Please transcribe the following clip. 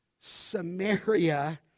Samaria